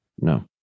No